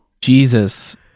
Jesus